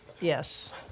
Yes